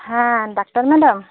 ᱦᱮᱸ doctor madam